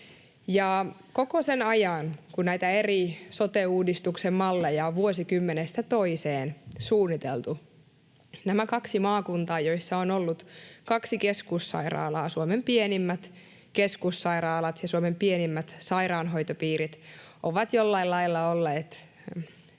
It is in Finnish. koko sen ajan, kun näitä eri sote-uudistuksen malleja on vuosikymmenestä toiseen suunniteltu, nämä kaksi maakuntaa, joissa on ollut kaksi keskussairaalaa, Suomen pienimmät keskussairaalat ja Suomen pienimmät sairaanhoitopiirit, ovat jollain lailla olleet